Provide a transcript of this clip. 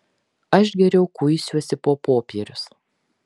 aš geriau kuisiuosi po popierius